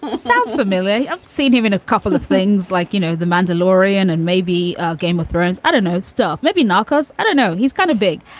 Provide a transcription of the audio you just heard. sounds familiar i've seen him in a couple of things like, you know, the mandalorian and maybe game of thrones. i don't know stuff. maybe narcos. i don't know. he's kind of big.